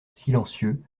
silencieux